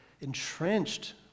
entrenched